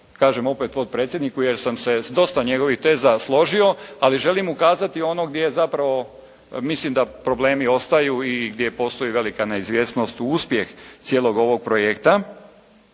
kažem opet potpredsjedniku jer sam se sa dosta njegovih teza složio, ali želim ukazati ono gdje je, zapravo, mislim da problemi ostaju i gdje postoji velika neizvjesnost u uspjeh cijelog ovog projekta.